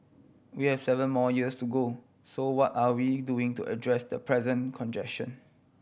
we have seven more years to go so what are we doing to address the present congestion